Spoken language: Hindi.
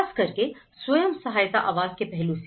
खास करके स्वयं सहायता आवास के पहलू से